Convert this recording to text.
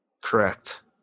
Correct